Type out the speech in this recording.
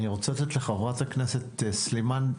אני רוצה לתת לחברת הכנסת סלימאן,